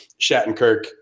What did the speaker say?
Shattenkirk